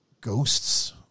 ghosts